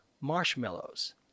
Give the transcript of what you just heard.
marshmallows